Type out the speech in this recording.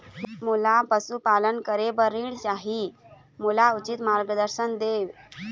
मोला पशुपालन करे बर ऋण चाही, मोला उचित मार्गदर्शन देव?